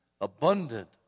abundant